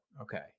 Okay